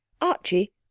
Archie